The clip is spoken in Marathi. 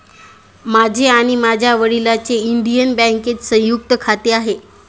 माझे आणि माझ्या वडिलांचे इंडियन बँकेत संयुक्त खाते आहे